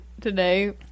today